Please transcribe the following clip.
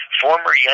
former